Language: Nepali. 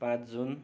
पाँच जुन